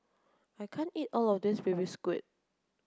I can't eat all of this baby squid